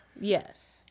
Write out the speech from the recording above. Yes